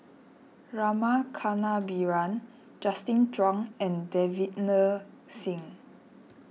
Rama Kannabiran Justin Zhuang and Davinder Singh